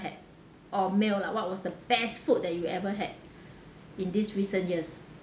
had or meal lah what was the best food that you ever had in this recent years